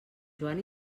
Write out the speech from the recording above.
joan